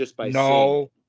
No